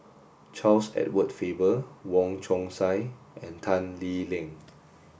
Charles Edward Faber Wong Chong Sai and Tan Lee Leng